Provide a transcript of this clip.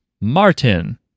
Martin